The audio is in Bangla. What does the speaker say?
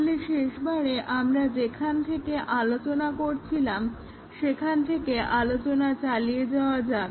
তাহলে শেষবারে আমরা যেখান থেকে আলোচনা করছিলাম সেখান থেকে আলোচনা চালিয়ে যাওয়া যাক